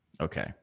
Okay